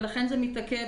ולכן זה מתעכב.